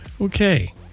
Okay